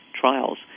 trials